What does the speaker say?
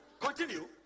continue